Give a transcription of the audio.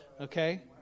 Okay